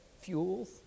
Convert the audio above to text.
fuels